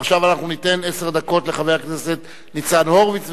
עכשיו אנחנו ניתן עשר דקות לחבר הכנסת ניצן הורוביץ,